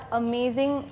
amazing